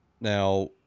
Now